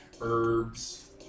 Herbs